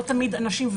לא תמיד אנשים,